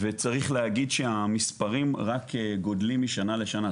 וצריך להגיד שהמספרים רק גדלים משנה לשנה.